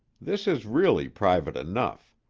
this is really private enough.